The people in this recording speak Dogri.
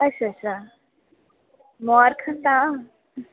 अच्छा अच्छा मुबारखां न तां